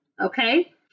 Okay